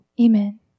amen